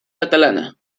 catalana